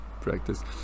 practice